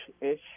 ish